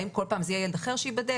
האם כל פעם זה יהיה ילד אחר שייבדק?